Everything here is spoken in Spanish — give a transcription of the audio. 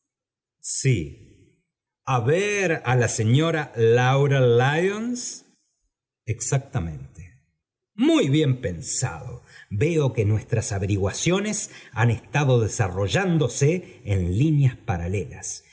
a ver á la señora laura lyons exactamente muy bien pensado veo que nuestras avenguaciones han estado desarrollándose en líneas paralelan